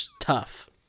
tough